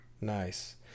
Nice